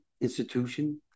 institution